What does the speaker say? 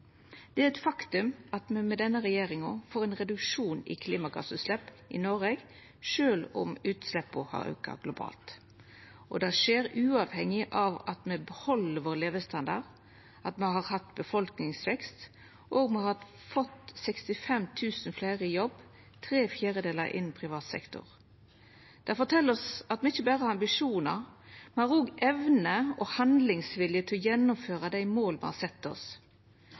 Det er eit faktum at me med denne regjeringa får ein reduksjon i klimagassutslepp i Noreg, sjølv om utsleppa har auka globalt. Det skjer uavhengig av at me beheld levestandarden vår, at me har hatt ein befolkningsvekst, og at me har fått 65 000 fleire i jobb, tre fjerdedelar innan privat sektor. Det fortel oss at me ikkje berre har ambisjonar, men òg evne og handlingsvilje til å gjennomføra dei måla me har sett oss.